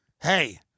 Hey